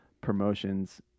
promotions